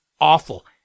awful